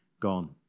gone